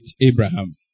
Abraham